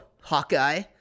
Hawkeye